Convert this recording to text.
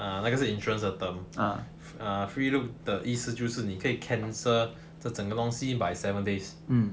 ah 那个是 insurance 的 term ah free look 的意思就是你可以 cancel 这整个东西 by seven days